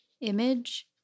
image